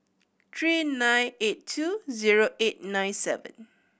three nine eight two zero eight nine seven